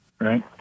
right